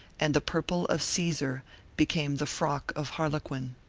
and the purple of caesar became the frock of harlequin.